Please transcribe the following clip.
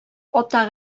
ата